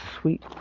sweet